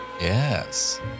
Yes